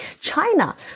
China